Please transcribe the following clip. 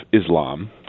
Islam